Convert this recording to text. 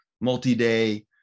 multi-day